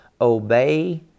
obey